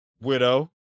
Widow